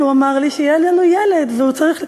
והוא אמר לי שיהיה לנו ילד והוא צריך,